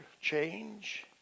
change